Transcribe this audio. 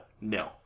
no